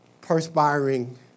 perspiring